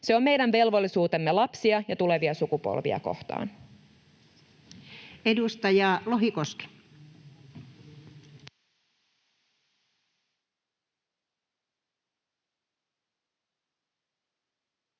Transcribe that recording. Se on meidän velvollisuutemme lapsia ja tulevia sukupolvia kohtaan. Edustaja Lohikoski.